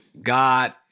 God